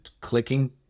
clicking